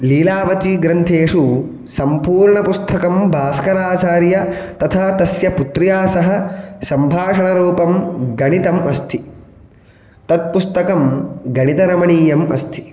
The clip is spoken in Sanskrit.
लीलावती ग्रन्थेषु सम्पूर्णपुस्तकं भास्करचार्य तथा तस्य पुत्र्या सः सम्भाषणरूपं गणितम् अस्ति तत् पुस्तकं गणितरमणीयम् अस्ति